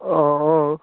অঁ অঁ